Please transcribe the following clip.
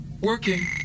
Working